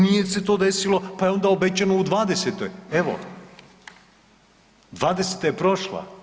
Nije se to desilo, pa je onda obećano u '20.-oj, evo '20.-ta je prošla.